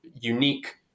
unique